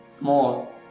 more